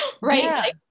Right